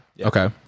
Okay